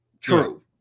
True